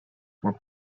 were